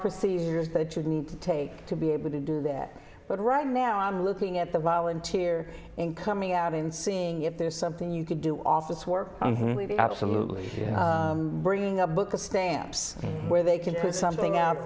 procedures that you'd need to take to be able to do that but right now i'm looking at the volunteer in coming out and seeing if there's something you could do office work i'm absolutely bringing a book of stamps where they can put something out